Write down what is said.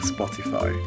Spotify